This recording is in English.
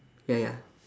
ya ya